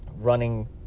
running